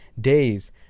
days